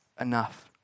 enough